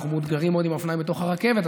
אנחנו מאותגרים מאוד עם אופניים בתוך הרכבת,